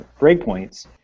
breakpoints